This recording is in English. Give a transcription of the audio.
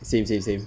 same same same